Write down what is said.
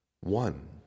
one